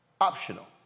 optional